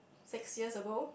six years ago